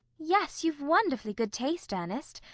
yes, you've wonderfully good taste, ernest.